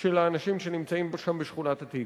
של האנשים שנמצאים שם, בשכונת-התקווה.